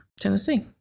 Tennessee